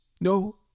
No